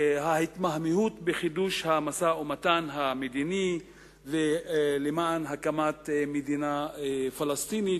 ההתמהמהות בחידוש המשא-ומתן המדיני ולמען הקמת מדינה פלסטינית,